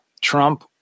Trump